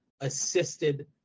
assisted